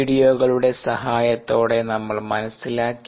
വീഡിയോകളുടെ സഹായത്തോടെ നമ്മൾ മനസ്സിലാക്കി